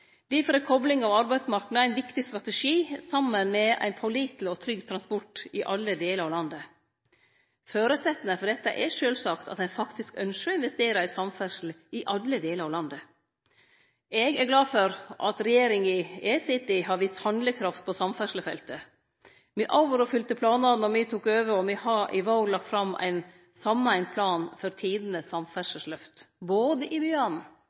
Difor er kopling av arbeidsmarknader ein viktig strategi, saman med ein påliteleg og trygg transport i alle delar av landet. Føresetnaden for dette er sjølvsagt at ein faktisk ynskjer å investere i samferdsle i alle delar av landet. Eg er glad for at regjeringa eg sit i, har vist handlekraft på samferdslefeltet. Me overoppfylte planane då me tok over, og me har i vår lagt fram ein sameint plan for tidenes samferdsleløft, både i byane,